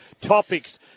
topics